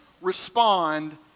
respond